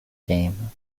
game